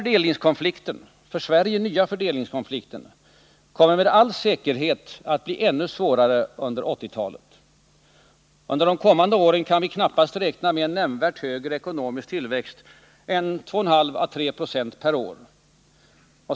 Denna för Sverige nya fördelningskonflikt kommer med all säkerhet att bli ännu svårare under 1980-talet. Under de kommande åren kan vi knappast räkna med en nämnvärt högre ekonomisk tillväxt än 2,5 å 3 96 per år.